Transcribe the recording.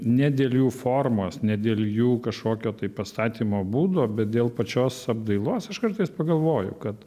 ne dėl jų formos ne dėl jų kažkokio tai pastatymo būdo bet dėl pačios apdailos aš kartais pagalvoju kad